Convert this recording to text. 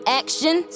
action